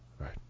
right